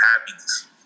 happiness